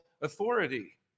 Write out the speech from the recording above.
authority